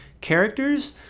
characters